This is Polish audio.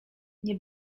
nie